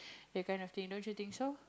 that kind of thing don't you think so